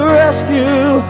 rescue